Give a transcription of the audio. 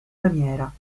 lamiera